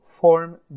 form